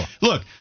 Look